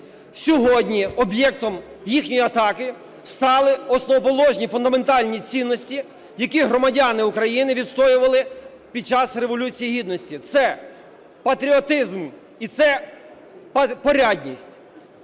Сьогодні об'єктом їхньої атаки стали основоположні фундаментальні цінності, які громадяни України відстоювали під час Революції Гідності, – це патріотизм і це порядність.